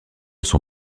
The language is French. son